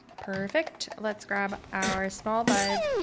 perfect. let's grab our small bud.